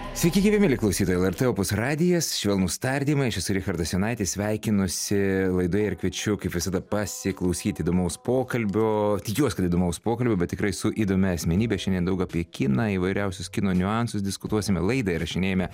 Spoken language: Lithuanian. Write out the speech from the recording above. sveiki gyvi mieli klausytojai lrt opus radijas švelnūs tardymai aš esu richardas jonaitis sveikinuosi laidoje ir kviečiu kaip visada pasiklausyti įdomaus pokalbio tikiuos kad įdomaus pokalbio bet tikrai su įdomia asmenybe šiandien daug apie kiną įvairiausius kino niuansus diskutuosime laidą įrašinėjame